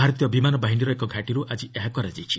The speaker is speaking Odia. ଭାରତୀୟ ବିମାନ ବାହିନୀର ଏକ ଘାଟିରୁ ଆଙ୍ଗି ଏହା କରାଯାଇଛି